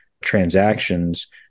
transactions